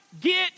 get